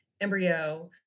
embryo